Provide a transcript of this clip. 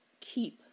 keep